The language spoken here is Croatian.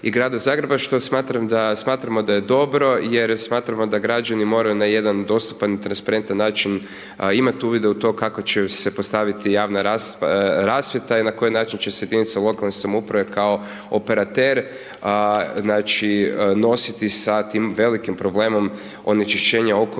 i grada Zagreba što smatramo da je dobro jer smatramo da građani moraju na jedan dostupan i transparentan način imati uvide i to kako će se postaviti javna rasvjeta i na koji način će se jedinice lokalne samouprave kao operater znači nositi sa tim velikim problemom onečišćenja